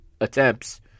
attempts